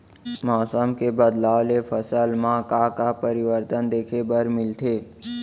मौसम के बदलाव ले फसल मा का का परिवर्तन देखे बर मिलथे?